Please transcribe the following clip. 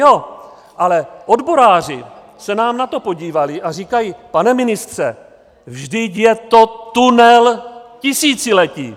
No jo, ale odboráři se nám na to podívali a říkají, pane ministře, vždyť je to tunel tisíciletí.